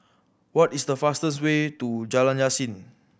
what is the fastest way to Jalan Yasin